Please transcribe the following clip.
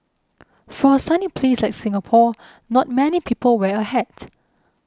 for a sunny place like Singapore not many people wear a hat